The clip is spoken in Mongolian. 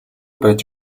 байж